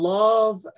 love